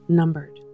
numbered